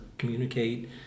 Communicate